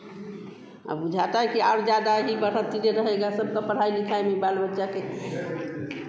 अब बुझाता है कि अब ज़्यादा ही बढ़त चीज़ें रहेगा सबका पढ़ाई लिखाई में बाल बच्चा के